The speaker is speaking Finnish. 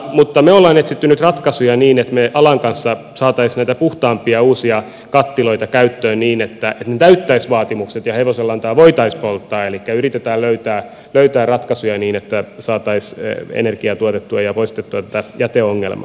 mutta me olemme etsineet nyt ratkaisuja niin että me alan kanssa saisimme näitä puhtaampia uusia kattiloita käyttöön niin että ne täyttäisivät vaatimukset ja hevosenlantaa voitaisiin polttaa elikkä yritetään löytää ratkaisuja niin että saataisiin energiaa tuotettua ja poistettua tätä jäteongelmaa